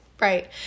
Right